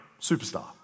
superstar